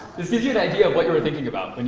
gives you an idea of what you were thinking about,